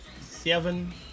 Seven